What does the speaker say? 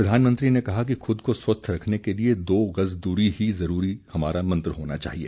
प्रधानमंत्री ने कहा कि खुद को स्वस्थ रखने के लिए दो गज दूरी है जरूरी हमारा मंत्र होना चाहिए